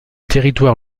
territoire